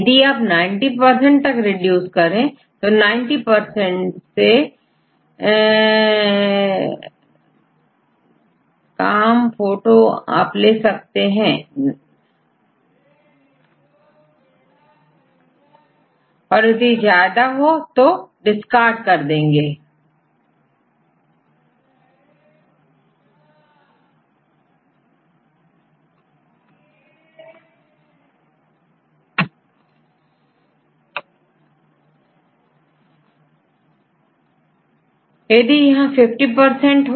यदि आप90 तक रिड्यूस करें तो 90 पर्सेंट समान आईडेंटिटी दो सीक्वेंस के बीच में होगी किंतु यदि 90 पर से ज्यादा है तो आप 1 को नष्ट कर देंगे तो आप50रिडंडेंट ले सकते हैं